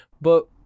But-